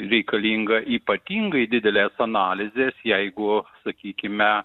reikalinga ypatingai didelės analizės jeigu sakykime